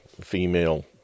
female